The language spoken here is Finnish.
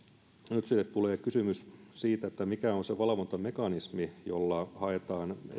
nyt tulee kysymys siitä mikä on se valvontamekanismi jolla haetaan esimerkiksi